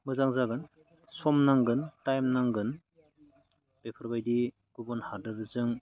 मोजां जागोन सम नांगोन टाइम नांगोन बेफोरबायदि गुबुन हादोरजों